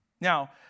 Now